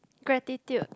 gratitude